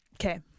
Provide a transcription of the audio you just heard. Okay